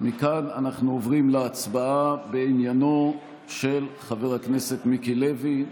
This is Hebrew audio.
מכאן אנחנו עוברים להצבעה בעניינו של חבר הכנסת מיקי לוי.